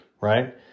right